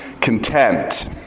content